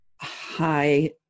high